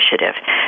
initiative